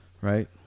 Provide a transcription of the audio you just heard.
right